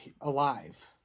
alive